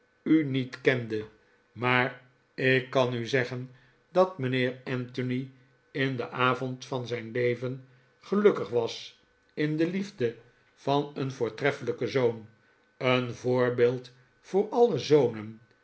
u niet kende maar ik kan u zeggen dat mijnheer anthony in den avond van zijn leven gelukkig was in de liefde van een voortreffelijken zoon een voorbeeld voor alle zonen